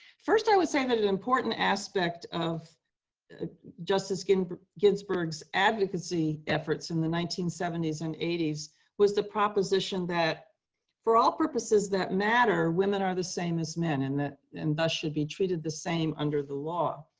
first, i would say that an important aspect of justice ginsburg's ginsburg's advocacy efforts in the nineteen seventy s and eighty s was the proposition that for all purposes that matter women are the same as men, and and thus, should be treated the same under the law.